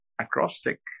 acrostic